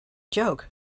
joke